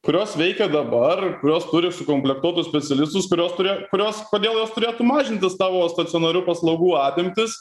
kurios veikia dabar kurios turi sukomplektuotus specialistus kuriuos turi kurios kodėl jos turėtų mažinti savo stacionarių paslaugų apimtis